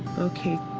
ok.